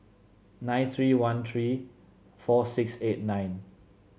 nine three one three four six eight nine